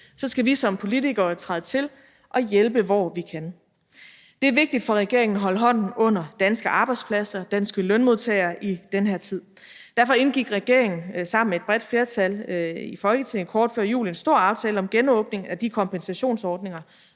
så skal vi som politikere træde til og hjælpe, hvor vi kan. Det er vigtigt for regeringen at holde hånden under danske arbejdspladser, danske lønmodtagere i den her tid. Derfor indgik regeringen sammen med et bredt flertal i Folketinget kort før jul en stor aftale om genåbning af de kompensationsordninger,